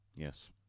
yes